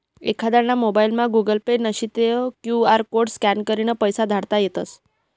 एखांदाना मोबाइलमा Google Pay नशी ते क्यु आर कोड स्कॅन करीन पैसा धाडता येतस